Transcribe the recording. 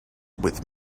with